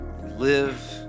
live